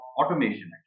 automation